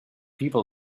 people